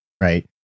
Right